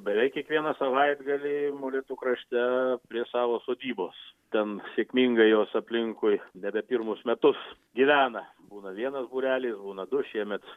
beveik kiekvieną savaitgalį molėtų krašte prie savo sodybos ten sėkmingai jos aplinkui nebe pirmus metus gyvena būna vienas būrelis būna du šiemet